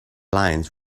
lines